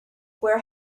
where